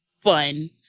fun